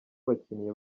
abakinnyi